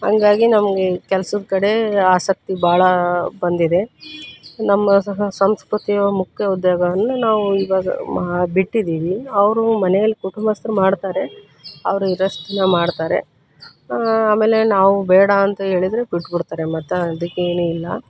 ಹಂಗಾಗಿ ನಮಗೆ ಈ ಕೆಲ್ಸದ ಕಡೆ ಆಸಕ್ತಿ ಭಾಳ ಬಂದಿದೆ ನಮ್ಮ ಸಹ ಸಂಸ್ಕೃತಿ ಮುಖ್ಯ ಉದ್ಯೋಗವನ್ನು ನಾವು ಇವಾಗ ಮಾ ಬಿಟ್ಟಿದ್ದೀವಿ ಅವರು ಮನೆಯಲ್ಲಿ ಕುಟುಂಬಸ್ಥರು ಮಾಡ್ತಾರೆ ಅವ್ರು ಇರೋಷ್ಟು ದಿನ ಮಾಡ್ತಾರೆ ಆಮೇಲೆ ನಾವು ಬೇಡ ಅಂತ ಹೇಳಿದ್ರೆ ಬಿಟ್ಟುಬಿಡ್ತಾರೆ ಮತ್ತೆ ಅದಕ್ಕೇನೂ ಇಲ್ಲ